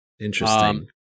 Interesting